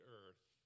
earth